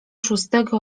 szóstego